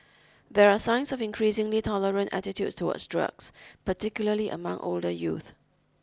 there are signs of increasingly tolerant attitudes towards drugs particularly among older youth